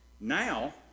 now